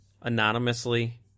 anonymously